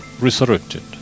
resurrected